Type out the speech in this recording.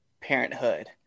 parenthood